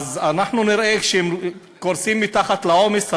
אז אנחנו נראה שהם קורסים תחת העומס הזה,